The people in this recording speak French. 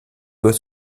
doit